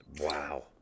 wow